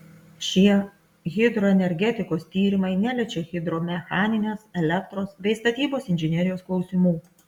šie hidroenergetikos tyrimai neliečia hidromechaninės elektros bei statybos inžinerijos klausimų